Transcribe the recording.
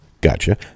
Gotcha